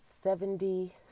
seventy